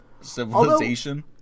civilization